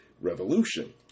Revolution